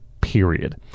period